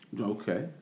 okay